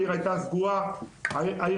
העיר הייתה סגורה ומסוגרת.